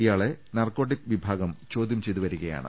ഇയാലെ narcotic വിഭാഗം ചോദ്യം ചെയ്തു വരിക യാണ്